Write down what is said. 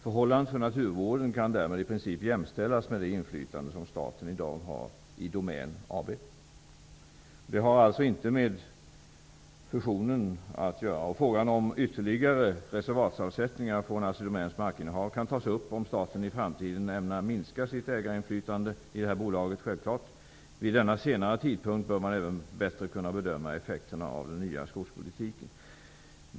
Förhållandet för naturvården kan därmed i princip jämställas med det inlytande som staten i dag har i Domän AB. Detta har alltså inte med fusionen att göra. Frågan om ytterligare reservatsavsättningar från ASSI Domäns markinnehav kan självfallet tas upp om staten i framtiden ämnar minska sitt ägarinflytande i bolaget. Vid denna senare tidpunkt bör man även bättre kunna bedöma effekterna av den nya skogspolitiken.